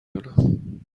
دونم